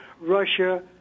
Russia